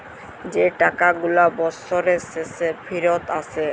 যে টাকা গুলা বসরের শেষে ফিরত আসে